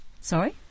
Sorry